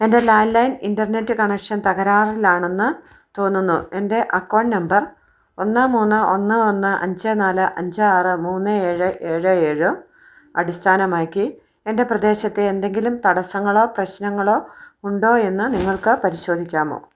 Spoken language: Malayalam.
എൻ്റെ ലാൻഡ്ലൈൻ ഇൻറ്റർനെറ്റ് കണക്ഷൻ തകരാറിലാണെന്ന് തോന്നുന്നു എൻ്റെ അക്കൗണ്ട് നമ്പർ ഒന്ന് മൂന്ന് ഒന്ന് ഒന്ന് അഞ്ച് നാല് അഞ്ച് ആറ് മൂന്ന് ഏഴ് ഏഴ് ഏഴ് അടിസ്ഥാനമാക്കി എൻ്റെ പ്രദേശത്ത് എന്തെങ്കിലും തടസ്സങ്ങളോ പ്രശ്നങ്ങളോ ഉണ്ടോയെന്ന് നിങ്ങൾക്ക് പരിശോധിക്കാമോ